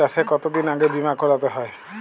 চাষে কতদিন আগে বিমা করাতে হয়?